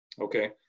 Okay